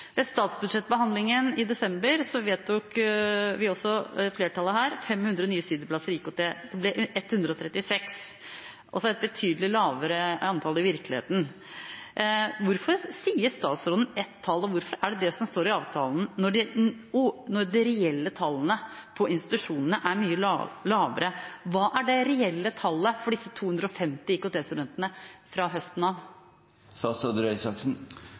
Ved statsbudsjettbehandlingen i desember vedtok flertallet her 500 nye studieplasser i IKT. Det ble 136, altså et betydelig lavere antall i virkeligheten. Hvorfor sier statsråden ett tall, og hvorfor er det det som står i avtalen, når de reelle tallene på institusjonene er mye lavere? Hva er det reelle tallet for disse 250 IKT-studentene fra høsten